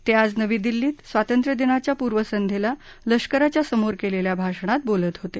ते आज नवी दिल्लीत स्वातंत्र्यदिनाच्या पूर्वसंध्येला लष्कराच्या समोर केलेल्या भाषणात बोलत होते